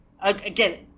again